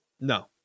No